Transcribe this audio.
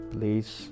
Please